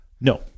No